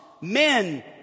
men